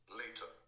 later